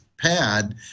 pad